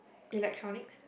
electronics